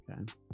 okay